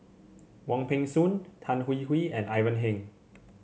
Wong Peng Soon Tan Hwee Hwee and Ivan Heng